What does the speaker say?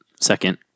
second